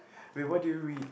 wait what do you read